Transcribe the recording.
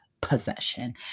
possession